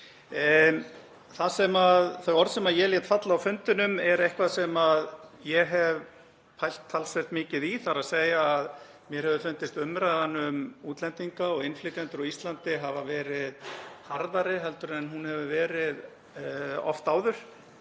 grænna. Þau orð sem ég lét falla á fundinum eru eitthvað sem ég hef pælt talsvert mikið í, þ.e. að mér hefur fundist umræðan um útlendinga og innflytjendur á Íslandi hafa verið harðari heldur en hún hefur verið oft áður